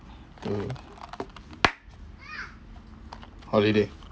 holiday